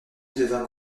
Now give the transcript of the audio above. devint